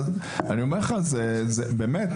באמת